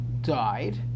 died